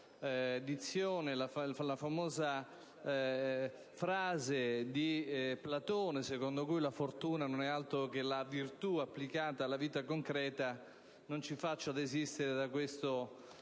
la famosa frase di Platone secondo cui la fortuna non è altro che la virtù applicata alla vita concreta non ci faccia desistere da questa